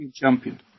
champion